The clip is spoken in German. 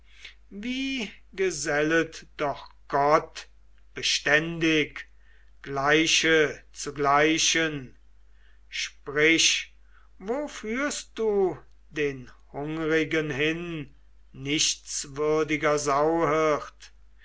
wie gesellet doch gott beständig gleiche zu gleichen sprich wo führst du den hungrigen hin nichtswürdiger sauhirt